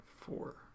four